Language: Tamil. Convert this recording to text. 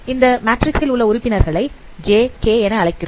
அந்த மேட்ரிக்ஸ் ல் உள்ள உறுப்பினர்களை jk என அழைக்கிறோம்